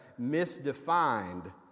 misdefined